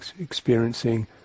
experiencing